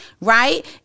Right